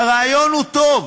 הרעיון הוא טוב,